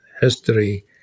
history